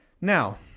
Now